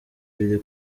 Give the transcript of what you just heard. biri